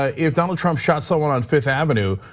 ah if donald trump shot someone on fifth avenue,